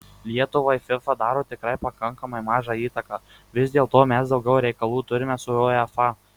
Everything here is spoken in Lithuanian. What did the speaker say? lietuvai fifa daro tikrai pakankamai mažą įtaką vis dėlto mes daugiau reikalų turime su uefa